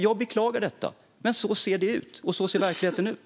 Jag beklagar detta, men så ser verkligheten ut.